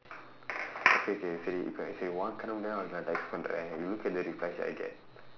K K சரி:sari if I say உன் கண்ணு முன்னாடியே நான்:un kannu munnaadiyee naan text பண்ணுறேன்:pannureen you look at the replies I get